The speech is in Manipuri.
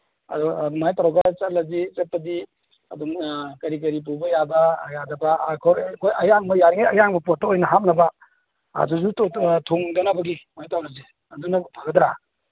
ꯑꯗꯨ ꯑꯗꯨꯃꯥꯏꯅ ꯇꯧꯔꯒ ꯆꯠꯂꯁꯤ ꯆꯠꯄꯗꯤ ꯑꯗꯨꯝ ꯀꯔꯤ ꯀꯔꯤ ꯄꯨꯕ ꯌꯥꯕ ꯌꯥꯗꯕ ꯑꯩꯈꯣꯏ ꯑꯌꯥꯡꯕ ꯌꯥꯔꯤꯉꯩ ꯑꯌꯥꯡꯕ ꯄꯣꯠꯇ ꯍꯥꯞꯅꯕ ꯑꯥꯗꯁꯨ ꯊꯣꯡꯗꯅꯕꯒꯤ ꯑꯗꯨꯃꯥꯏꯅ ꯇꯧꯔꯁꯤ ꯑꯗꯨꯅ ꯐꯒꯗ꯭ꯔꯥ